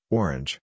orange